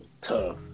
Tough